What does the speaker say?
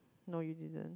no you didn't